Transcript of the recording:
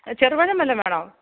ചെറുപഴം വല്ലതും വേണോ